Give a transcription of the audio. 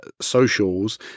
socials